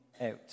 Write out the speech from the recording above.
out